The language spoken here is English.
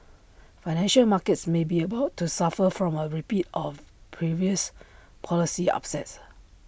financial markets may be about to suffer from A repeat of previous policy upsets